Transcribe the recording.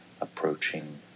approaching